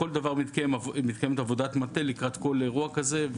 לכל דבר מתקיימת עבודת מטה לקראת כל אירוע כזה,